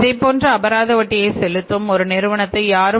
இதைப்போன்ற அபராத வட்டியை செலுத்தும் ஒரு நிறுவனத்தை யாரும்